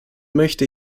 möchte